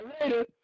later